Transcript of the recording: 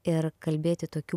ir kalbėti tokiu